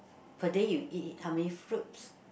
per day you eat eat how many fruits